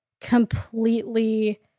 completely